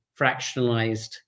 fractionalized